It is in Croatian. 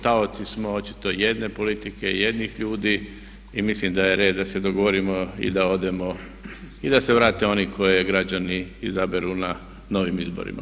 Taoci smo očito jedne politike, jednih ljudi i mislim da je red da se dogovorimo i da odemo, i da se vrate oni koji građani izaberu na novim izborima.